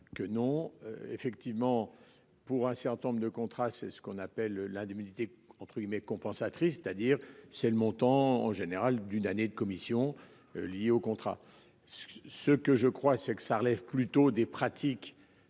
que non effectivement pour un certain nombre de contrats, c'est ce qu'on appelle l'indemnité entre guillemets compensatrices, c'est-à-dire c'est le montant en général d'une année de commissions. Liées au contrat. Ce que, ce que je crois c'est que ça relève plutôt des pratiques.